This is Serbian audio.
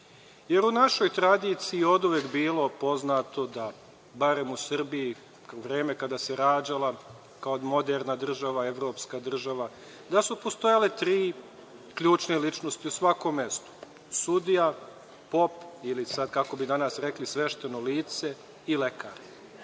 jer u našoj tradiciji je oduvek bilo poznato da, barem u Srbiji, u vreme kada se rađala kao moderna država, evropska država, da su postojale tri ključne ličnosti u svakom mestu: sudija, pop ili, kako bi dana rekli, svešteno lice i lekar.